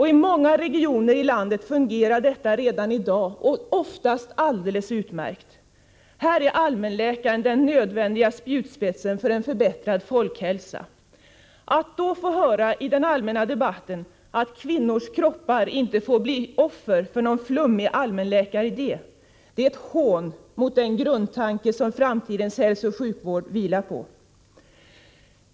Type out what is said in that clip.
I många regioner i landet fungerar detta redan i dag — oftast alldeles utmärkt. Här är allmänläkaren den nödvändiga spjutspetsen för en förbättrad folkhälsa. Att då få höra i den allmänna debatten att kvinnors kroppar inte får bli offer för en flummig allmänläkaridé är ett hån mot den grundtanke som framtidens hälsooch sjukvård vilar på.